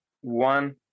one